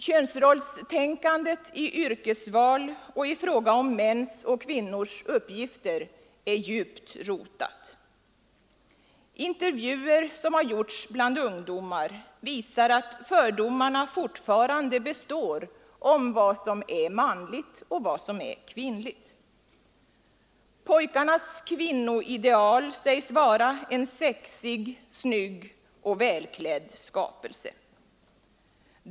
Könsrollstänkandet i yrkesval och i fråga om mäns och kvinnors uppgifter är djupt rotat. Intervjuer bland ungdomar visar att fördomarna fortfarande består om vad som är manligt och vad som är kvinnligt. Pojkarnas kvinnoideal sägs vara en sexig, snygg och välklädd 91 skapelse.